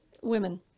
women